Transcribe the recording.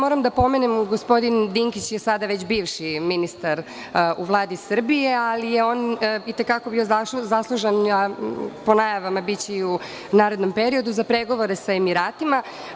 Moram da pomenem, gospodin Dinkić je sada već bivši ministar u Vladi Srbije, ali je on i te kako bio zaslužan, a po najavama biće i u narednom periodu, za pregovore sa Emiratima.